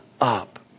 up